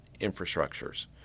infrastructures